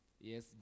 Yes